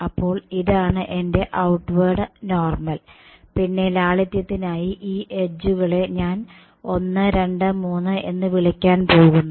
അപ്പോൾ ഇതാണ് എന്റെ ഔട്വെർഡ് നോർമൽ പിന്നെ ലാളിത്യത്തിനായി ഈ എഡ്ജുകളെ ഞാൻ 123 എന്ന് വിളിക്കാൻ പോകുന്നു